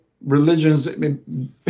religions